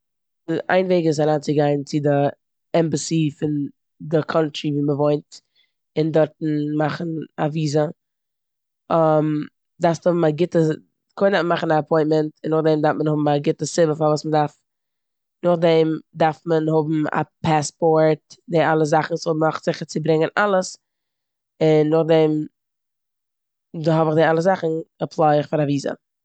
איין וועג איז אריינציגיין אין די עמבאסי פון די קאנטרי ווי מ'וואוינט און דארטן מאכן א וויזע. דארפסט האבן א גוטע סיבה- קודם דארף מען מאכן א עפוינטמענט און נאכדעם דארף מען האבן א גוטע סיבה וואס מ'דארף. נאכדעם דארף מען האבן א פעספארט און די אלע זאכן סאו מאך זיכער צו ברענגען אלעס און נאכדעם האב איך די אלע זאכן עפליי איך פאר א וויזע.